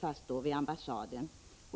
fanns då vid ambassaden.